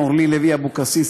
אורלי לוי אבקסיס,